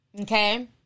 okay